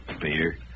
beer